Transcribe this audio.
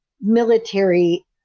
military